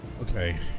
okay